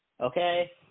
okay